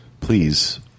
please